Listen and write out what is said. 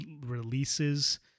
releases